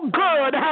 good